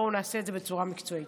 בואו נעשה את זה בצורה מקצועית.